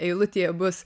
eilutėje bus